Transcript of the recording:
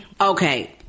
Okay